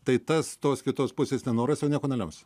tai tas tos kitos pusės nenoras nieko nelems